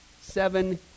seven